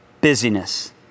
busyness